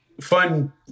fun